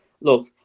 look